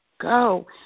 go